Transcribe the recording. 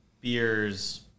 beers